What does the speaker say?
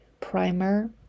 primer